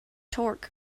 torque